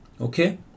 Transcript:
Okay